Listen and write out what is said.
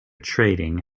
trading